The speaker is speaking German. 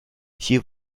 hier